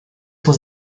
was